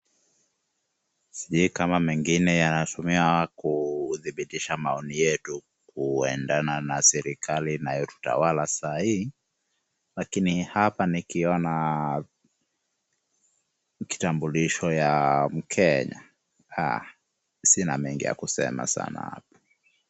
Sijui kama mengine yanatumiwa kudhibitisha maoni yetu kuendana na serikali inayotutawala sai, lakini hapa nikiona kitambulisho ya mkenya. Sina mengi ya kusema sana.